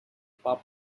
pub